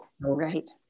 Right